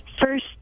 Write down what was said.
first